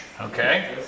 Okay